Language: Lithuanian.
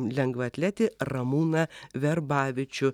lengvaatletį ramūną verbavičių